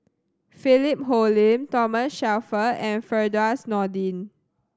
Philip Hoalim Thomas Shelford and Firdaus Nordin